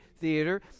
theater